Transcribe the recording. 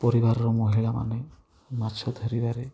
ପରିବାରର ମହିଳାମାନେ ମାଛ ଧରିବାରେ